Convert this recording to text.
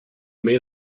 made